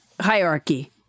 hierarchy